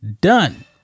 Done